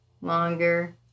longer